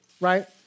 right